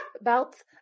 Belts